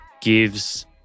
gives